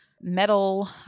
Metal